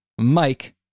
Mike